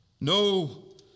no